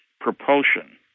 propulsion